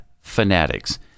fanatics